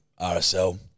RSL